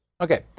Okay